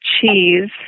cheese